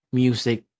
music